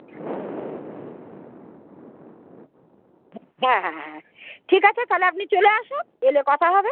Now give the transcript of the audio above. হ্যাঁ হ্যাঁ হ্যাঁ ঠিক আছে তাহলে আপনি চলে আসুন এলে কথা হবে